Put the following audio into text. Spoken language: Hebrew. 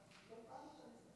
צריך להגיד לילה טוב, כמעט חצות.